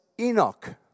Enoch